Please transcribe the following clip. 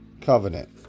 covenant